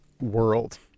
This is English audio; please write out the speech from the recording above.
world